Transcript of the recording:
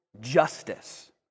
justice